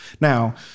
Now